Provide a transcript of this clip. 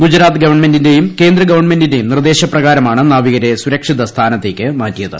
ഗുജറാത്ത് ഗവണ്മെന്റിന്റെയും കേന്ദ്രഗവണ്മെന്റിന്റെയും നിർദ്ദേശപ്രകാരമാണ് നാവികരെ സുരക്ഷിതസ്ഥാനത്തേക്ക് മാറ്റിയത്